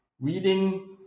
reading